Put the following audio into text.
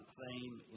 theme